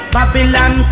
Babylon